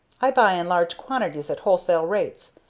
i buy in large quantities at wholesale rates,